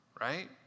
right